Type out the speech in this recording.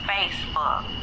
Facebook